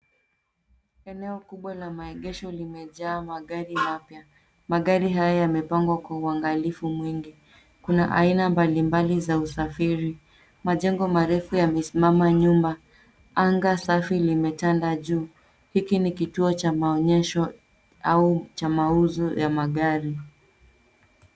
Eneo kubwa la maegesho limejaa magari mapya. Magari haya yamepangwa kwa uangalifu mwingi. Kuna aina mbali mbali za usafiri. Majengo marefu yamesimama nyuma. Anga safi limetanda juu. Hiki ni kituo cha maonyesho au cha mauzo ya magari.